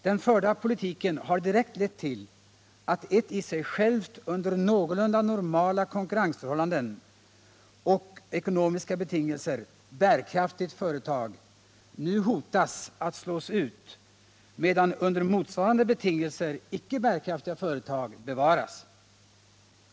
Den förda politiken har direkt lett till att ett i sig självt under någorlunda normala konkurrensförhållanden och ekonomiska betingelser bärkraftigt företag nu hotas att slås ut, medan under motsvarande betingelser icke bärkraftiga företag bevaras.